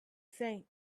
saint